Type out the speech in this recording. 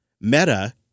Meta